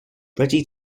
ready